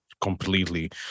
completely